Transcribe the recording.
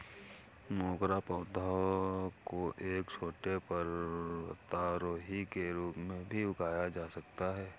मोगरा पौधा को एक छोटे पर्वतारोही के रूप में भी उगाया जा सकता है